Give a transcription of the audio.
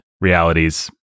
realities